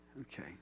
Okay